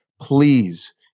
Please